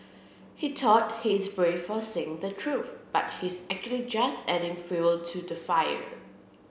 he thought he is brave for saying the truth but he's actually just adding fuel to the fire